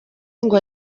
ngo